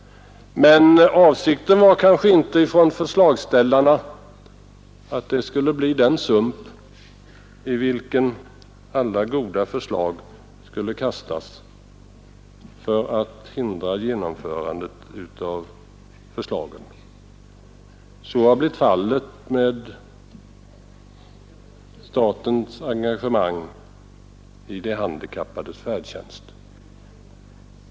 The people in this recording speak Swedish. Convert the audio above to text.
Men förslagsställarnas avsikt var inte att utredningen skulle bli den sump, i vilken alla goda förslag skulle kastas, för att hindra genomförandet av förslagen. Så har blivit fallet med statens engagemang i de handikappades färdtjänst.